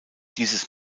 dieses